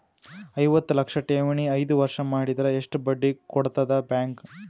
ಐವತ್ತು ಲಕ್ಷ ಠೇವಣಿ ಐದು ವರ್ಷ ಮಾಡಿದರ ಎಷ್ಟ ಬಡ್ಡಿ ಕೊಡತದ ಬ್ಯಾಂಕ್?